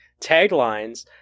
taglines